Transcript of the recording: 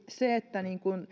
se että